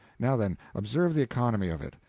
now, then, observe the economy of it.